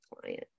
client